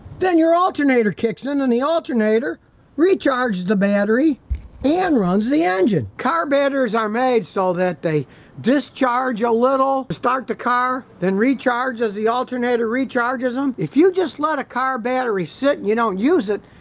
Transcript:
then your alternator kicks in and the alternator recharge the battery and runs the engine, car batteries are made so that they discharge a little, start the car then recharge as the alternator recharges them, if you just let a car battery sit you don't use it,